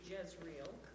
Jezreel